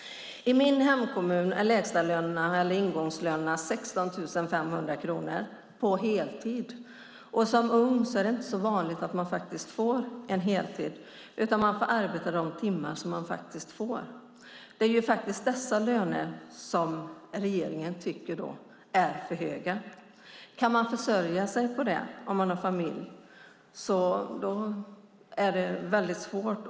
I min hemkommun är ingångslönerna 16 500 kronor på heltid. Och som ung är det inte så vanligt att man får heltid, utan man får arbeta de timmar man får. Det är dessa löner som regeringen tycker är för höga. Att försörja sig på det när man har familj är väldigt svårt.